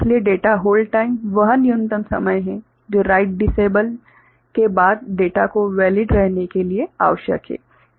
इसलिए data hold time वह न्यूनतम समय है जो राइट डिसेबल्स के बाद डाटा को वेलिड रहने के लिए आवश्यक है